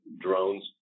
drones